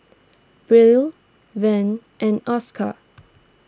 Brielle Vern and Oscar